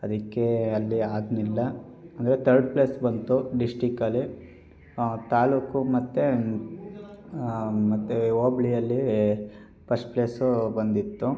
ಅದಕ್ಕೆ ಅಲ್ಲಿ ಆಗಲಿಲ್ಲ ಅಂದರೆ ತರ್ಡ್ ಪ್ಲೇಸ್ ಬಂತು ಡಿಸ್ಟಿಕಲ್ಲಿ ತಾಲ್ಲೂಕು ಮತ್ತು ಮತ್ತು ಹೋಬ್ಳಿಯಲ್ಲಿ ಪಸ್ಟ್ ಪ್ಲೇಸೂ ಬಂದಿತ್ತು